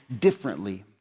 differently